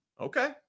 Okay